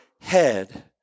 head